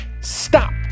stop